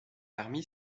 parmi